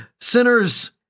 sinners